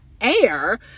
air